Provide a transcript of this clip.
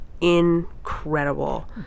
incredible